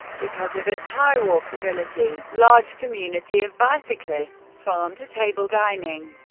because of its high walkability, large community of bicyclists, farm-to-table dining,